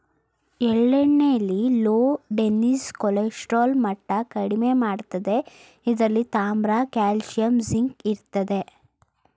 ಎಳ್ಳೆಣ್ಣೆಲಿ low density cholesterol ಮಟ್ಟ ಕಡಿಮೆ ಮಾಡ್ತದೆ ಇದ್ರಲ್ಲಿ ತಾಮ್ರ ಕಾಲ್ಸಿಯಂ ಜಿಂಕ್ ಇರ್ತದೆ